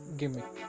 gimmick